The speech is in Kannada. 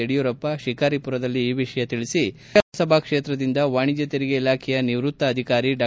ಯಡಿಯೂರಪ್ಪ ಶಿಕಾರಿಪುರದಲ್ಲಿ ಈ ವಿಷಯ ತಿಳಿಸಿ ಮಂಡ್ಕ ಲೋಕಸಭಾ ಕ್ಷೇತ್ರದಿಂದ ವಾಣಿಜ್ಯ ತೆರಿಗೆ ಇಲಾಖೆಯ ನಿವೃತ್ತ ಅಧಿಕಾರಿ ಡಾ